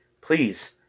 please